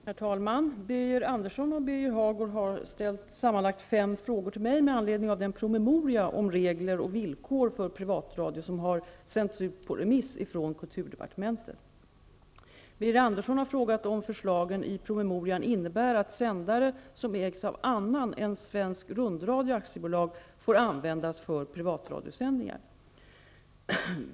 Herr talman! Birger Andersson och Birger Hagård har ställt sammanlagt fem frågor till mig med anledning av den promemoria om regler och villkor för privatradio som har sänts ut på remiss från kulturdepartementet. Birger Andersson har frågat om förslagen i promemorian innebär att sändare som ägs av annan än Svensk Rundradio AB får användas för privatradiosändingar.